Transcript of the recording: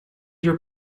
your